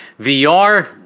VR